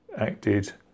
acted